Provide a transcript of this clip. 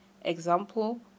example